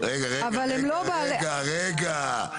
אבל הם לא בעלי --- רגע לעצור.